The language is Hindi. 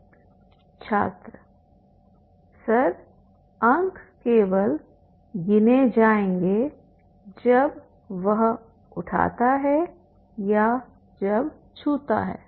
छात्र सर अंक केवल गिने जाएंगे जब वह उठाता है या जब छूता है